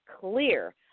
clear